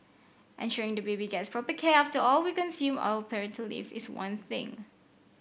ensuring the baby gets proper care after all we consume our parental leave is one thing